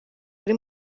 ari